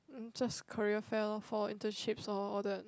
just career fair loh for internship lor all the